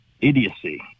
idiocy